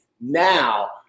now